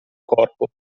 corpo